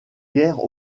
guerre